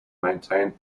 maintained